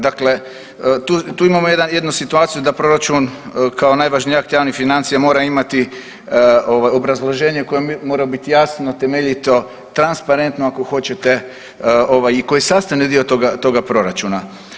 Dakle, tu imamo jednu situaciju da proračun kao najvažniji akt javnih financija mora imati obrazloženje koje mora biti jasno, temeljito, transparentno ako hoćete i koji je sastavni dio toga proračuna.